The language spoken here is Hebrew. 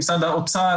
עם משרד האוצר,